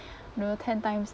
you know ten times